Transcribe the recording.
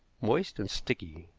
moist and sticky.